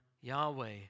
Yahweh